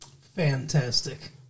Fantastic